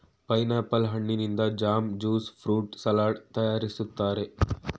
pineapple ಹಣ್ಣಿನಿಂದ jam, juice fruit salad ತರಯಾರಿಸ್ತರೆ